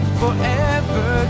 forever